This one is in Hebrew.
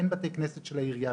אין בתי כנסת של העירייה.